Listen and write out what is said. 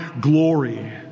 glory